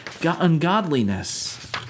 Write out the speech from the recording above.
ungodliness